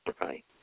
Right